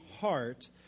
heart